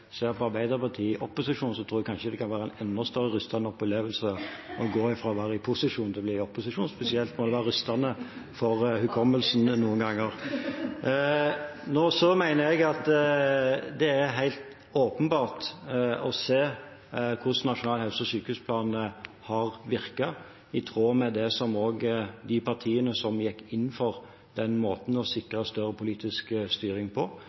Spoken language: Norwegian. tror jeg kanskje det kan være en enda større rystende opplevelse å gå fra posisjon til opposisjon. Spesielt må det være rystende for hukommelsen noen ganger. Jeg mener det er helt åpenbart hvordan Nasjonal helse- og sykehusplan har virket i tråd med den måten som også partiene gikk inn for å sikre større politisk styring på.